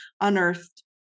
unearthed